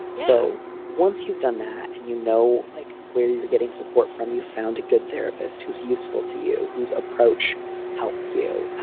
so once you've done that and you know, like where you're getting support from, you found a good therapist who's useful to you whose approach helps you,